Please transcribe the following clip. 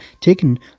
taken